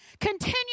Continue